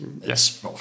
Yes